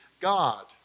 God